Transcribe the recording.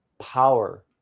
power